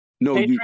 No